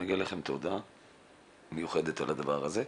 מגיעה לכם תודה מיוחדת על הדבר הזה.